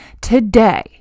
today